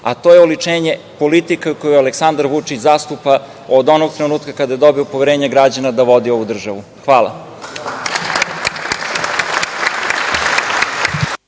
a to je oličenje politike koju Aleksandar Vučić zastupa od onog trenutka kada je dobio poverenje građana da vodi ovu državu. Hvala.